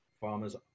farmers